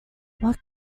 what